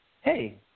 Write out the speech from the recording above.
hey